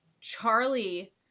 Charlie